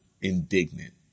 indignant